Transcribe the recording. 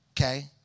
okay